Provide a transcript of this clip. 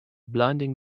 blinding